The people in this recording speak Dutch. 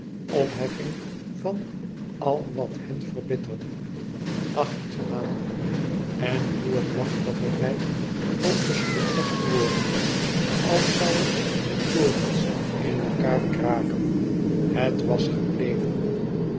opheffing van al wat hen verbitterde acht maanden en hoe het machtige rijk ook geschud was geworden als zoû het met torens in elkaâr kraken het was gebleven